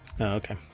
okay